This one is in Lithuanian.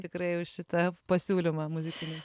tikrai už šitą pasiūlymą muzikinį